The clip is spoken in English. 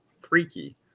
freaky